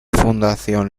fundación